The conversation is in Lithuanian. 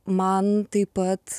man taip pat